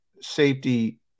safety